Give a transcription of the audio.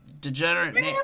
Degenerate